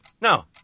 No